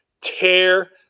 tear